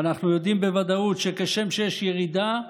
ואנחנו יודעים בוודאות שכשם שיש ירידה,